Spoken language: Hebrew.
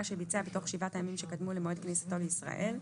שביצע בתוך שבעת הימים שקדמו למועד כניסתו לישראל,